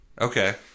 Okay